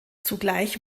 zugleich